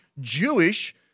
Jewish